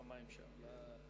הוראת השעה שבה מדובר,